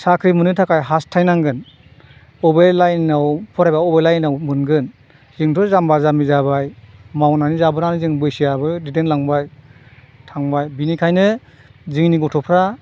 साख्रि मोननो थाखाय हास्थायनांगोन बबे लाइनाव फरायोबा बबे लाइनाव मोनगोन जोंथ' जामबा जामबि जाबाय मावनानै जाबोनानै जों बैसोआबो दैदेनलांबाय थांबाय बेनिखायनो जोंनि गथ'फोरा